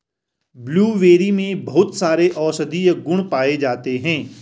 blueberry में बहुत सारे औषधीय गुण पाये जाते हैं